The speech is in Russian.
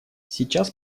сейчас